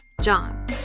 John